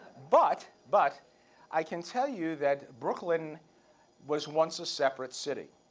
but but i can tell you that brooklyn was once a separate city.